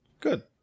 Good